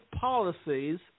policies